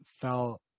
fell